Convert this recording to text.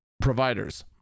Providers